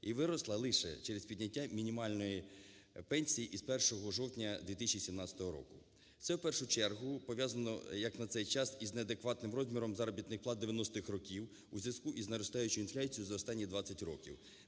і виросла лише через підняття мінімальної пенсії з 1 жовтня 2017 року. Це, в першу чергу, пов'язано, як на цей час, із неадекватним розміром заробітних плат 90-х років у зв'язку із наростаючою інфляцією за останні 20 років.